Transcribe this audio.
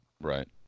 Right